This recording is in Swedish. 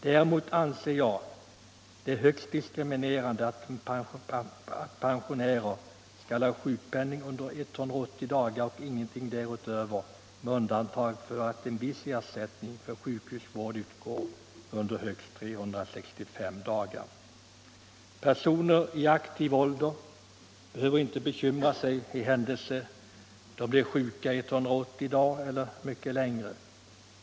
Däremot anser jag det högst diskriminerande att pensionärer skall ha sjukpenning under 180 dagar och ingenting därutöver med undantag för att viss ersättning för sjukhusvård utgår under högst 365 dagar. Personer i aktiv ålder behöver inte bekymra sig för den händelse de blir sjuka 180 dagar eller mycket längre.